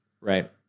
right